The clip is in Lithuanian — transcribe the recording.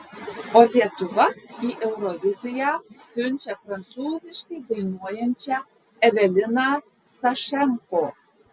o lietuva į euroviziją siunčia prancūziškai dainuojančią eveliną sašenko